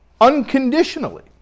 Unconditionally